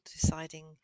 deciding